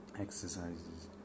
exercises